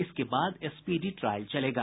इसके बाद speedy trial चलेगा